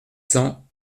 cents